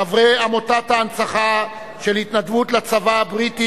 חברי עמותת ההנצחה של התנדבות לצבא הבריטי